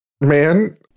man